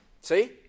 See